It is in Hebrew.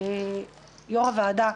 יושב-ראש הוועדה,